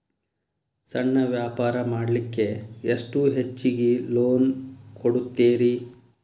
ಸಣ್ಣ ವ್ಯಾಪಾರ ಮಾಡ್ಲಿಕ್ಕೆ ಎಷ್ಟು ಹೆಚ್ಚಿಗಿ ಲೋನ್ ಕೊಡುತ್ತೇರಿ?